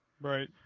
Right